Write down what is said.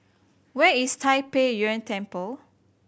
where is Tai Pei Yuen Temple